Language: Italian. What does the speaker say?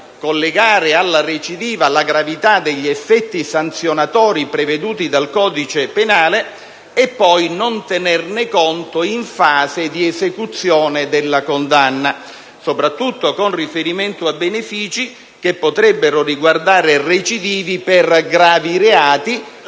collegare alla recidiva la gravità degli effetti sanzionatori preveduti dal codice penale e poi non tenerne conto in fase di esecuzione della condanna, soprattutto con riferimento a benefici che potrebbero riguardare recidivi per gravi reati,